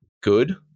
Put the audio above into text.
good